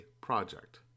project